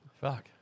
Fuck